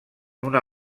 una